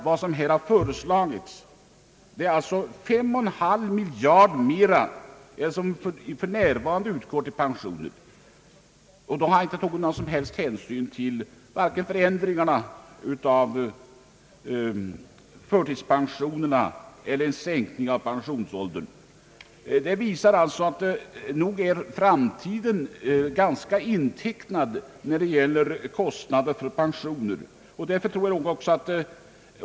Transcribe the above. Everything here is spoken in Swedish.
Vad som nu har föreslagits är alltså 5,5 miljarder mera än som för närvarande utges till pensioner. Då har man inte tagit någon som helst hänsyn till nya regler för utgivande av förtidspension eller till en sänkning av pensionsåldern. Detta visar att framtiden är ganska intecknad när det gäller kostnaden för pensioner.